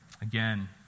Again